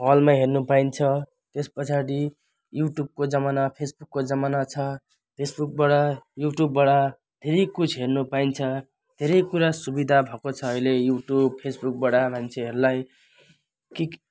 हलमा हेर्नु पाइन्छ त्यस पछाडि युट्युबको जमाना फेसबुकको जमाना छ फेसबुकबाट युट्युबबाट धेरै कुछ हेर्नु पाइन्छ धेरै कुरा सुविधा भएको छ अहिले युट्युब फेसबुकबाट मान्छेहरूलाई के